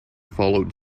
followed